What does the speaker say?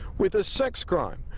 with a sex crime.